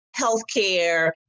healthcare